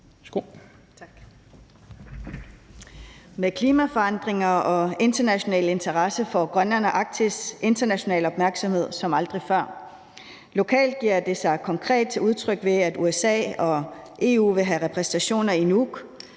Med klimaforandringer og international interesse for Grønland og Arktis ser vi en international opmærksomhed som aldrig før. Lokalt kommer det konkret til udtryk, ved at USA og EU vil have repræsentationer i Nuuk.